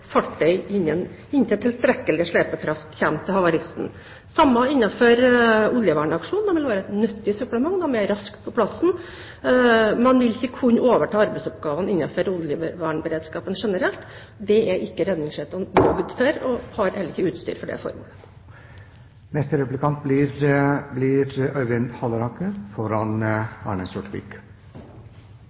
inntil tilstrekkelig slepekraft kommer til havaristen. Det samme gjelder innenfor oljevernaksjoner. De vil være et nyttig supplement. De er raskt på plass. Men de vil ikke kunne overta arbeidsoppgavene innenfor oljevernberedskapen generelt. Det er ikke redningsskøytene bygd for, og de har heller ikke utstyr til det formålet.